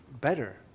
better